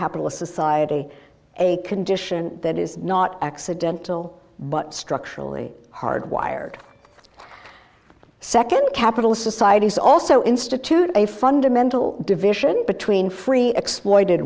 capitalist society a condition that is not accidental but structurally hardwired second capitalist societies also instituted a fundamental division between free exploited